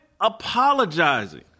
apologizing